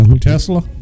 Tesla